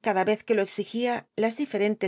cada ez que lo exigia las difetentes